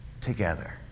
together